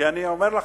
אני אומר לך,